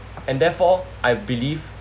and therefore I believe